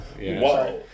Wow